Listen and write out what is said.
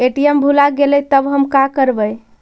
ATM भुला गेलय तब हम काकरवय?